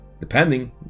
depending